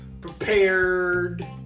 prepared